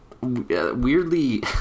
weirdly